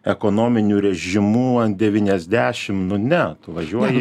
ekonominiu režimu ant devyniasdešim nu ne tu važiuoji